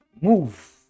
move